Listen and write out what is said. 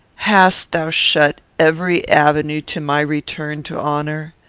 hast thou shut every avenue to my return to honour?